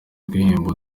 guhimba